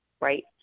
right